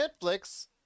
netflix